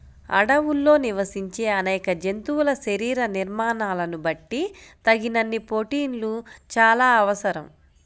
అడవుల్లో నివసించే అనేక జంతువుల శరీర నిర్మాణాలను బట్టి తగినన్ని ప్రోటీన్లు చాలా అవసరం